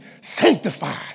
sanctified